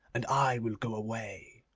and i will go away